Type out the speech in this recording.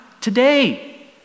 today